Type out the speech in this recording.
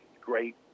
great